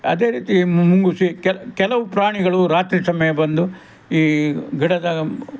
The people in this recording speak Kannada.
ಅದೇ ರೀತಿ ಮುಂಗುಸಿ ಕೆಲವು ಪ್ರಾಣಿಗಳು ರಾತ್ರಿ ಸಮಯ ಬಂದು ಈ ಗಿಡದ